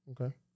Okay